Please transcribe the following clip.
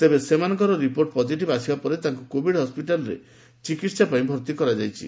ତେବେ ସେମାନଙ୍କର report positive ଆସିବା ପରେ ତାଙ୍କୁ କୋଭିଡ୍ ହସ୍ୱିଟାଲ୍ରେ ଚିକିହାପାଇଁ ଭର୍ତି କରାଯାଇଛି